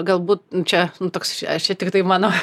galbūt čia nu toks čia aš tiktai mano